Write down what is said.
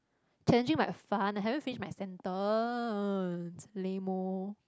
challenging but fun I haven't finish my sentence lame oh